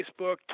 Facebook